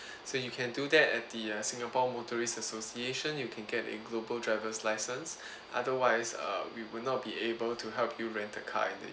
so you can do that at the uh singapore motorists association you can get a global driver's license otherwise uh we will not be able to help you rent the car in the